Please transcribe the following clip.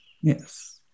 Yes